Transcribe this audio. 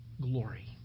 glory